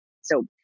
So-